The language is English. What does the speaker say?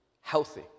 healthy